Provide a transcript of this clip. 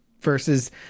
versus